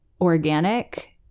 organic